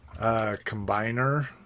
combiner